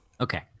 okay